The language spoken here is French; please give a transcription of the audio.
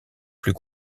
plus